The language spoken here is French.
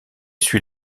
suit